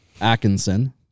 Atkinson